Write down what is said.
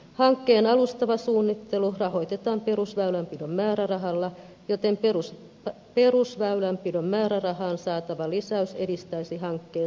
hankkeen alustava suunnittelu rahoitetaan perusväylänpidon määrärahalla joten perusväylänpidon määrärahaan saatava lisäys edistäisi hankkeen suunnittelua